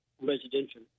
residential